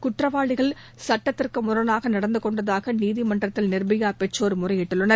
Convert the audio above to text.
குற்றவாளிகள் சுட்டத்திற்கு முரணாக நடந்து கொண்டதாக நீதிமன்றத்தில் நிர்பயா பெற்றோர் முறையிட்டுள்ளனர்